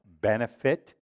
benefit